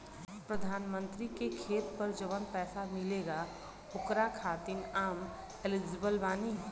प्रधानमंत्री का खेत पर जवन पैसा मिलेगा ओकरा खातिन आम एलिजिबल बानी?